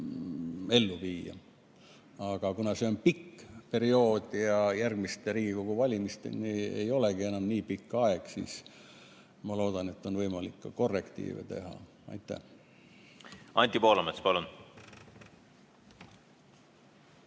ellu viia. Aga kuna see on pikk periood ja järgmiste Riigikogu valimisteni ei olegi enam nii pikk aeg, siis ma loodan, et on võimalik ka korrektiive teha. Aitäh! Anti Poolamets, palun!